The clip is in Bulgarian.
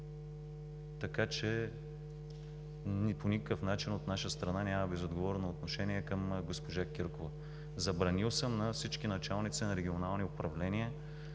наша страна по никакъв начин няма безотговорно отношение към госпожа Киркова. Забранил съм на всички началници на регионални управления